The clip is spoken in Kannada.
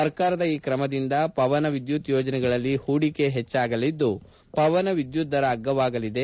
ಸರ್ಕಾರದ ಈ ಕ್ರಮದಿಂದ ಪವನ ಎದ್ದುತ್ ಯೋಜನೆಗಳಲ್ಲಿ ಪೂಡಿಕೆ ಹೆಚ್ಚಾಗಲಿದ್ದು ಪವನ ವಿದ್ಯುತ್ ದರ ಅಗ್ಗವಾಗಲಿದೆ